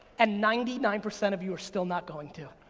and ninety nine percent of you are still not going to.